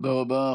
תודה רבה.